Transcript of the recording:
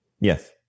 Yes